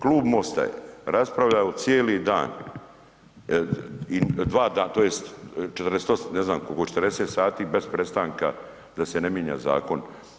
Klub MOST-a je raspravlja cijeli dan i dva, tj. 48, ne znam koliko, 40 sati bez prestanka da se ne mijenja zakon.